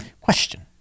Question